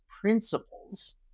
principles